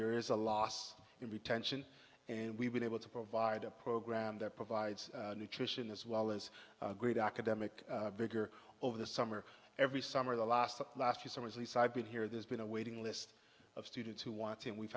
there is a loss in retention and we've been able to provide a program that provides nutrition as well as great academic vigor over the summer every summer the last the last few summers least i've been here there's been a waiting list of students who want to and we've